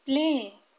play